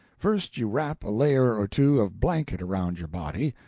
first you wrap a layer or two of blanket around your body,